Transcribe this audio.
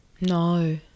No